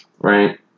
right